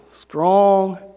strong